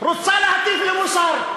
רוצה להטיף לי מוסר.